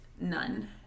none